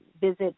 visit